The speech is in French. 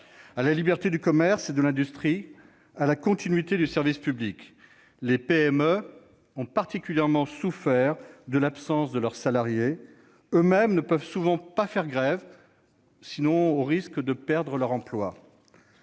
à la liberté du commerce et de l'industrie, à la continuité du service public. Les PME ont particulièrement souffert de l'absence de leurs salariés. Eux-mêmes ne peuvent souvent pas faire grève, sauf à risquer de perdre leur emploi.